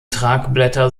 tragblätter